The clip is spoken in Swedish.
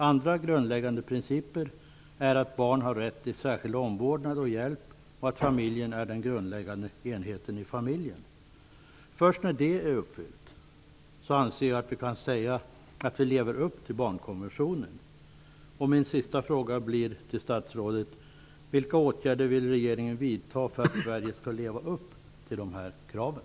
Andra grundläggande principer är att barn har rätt till särskild omvårdnad och hjälp, och att familjen är den grundläggande enheten. Först när det är uppfyllt anser jag att vi kan säga att vi lever upp till barnkonventionen. Min sista fråga till statsrådet blir: Vilka åtgärder vill regeringen vidta för att Sverige skall leva upp till de här kraven?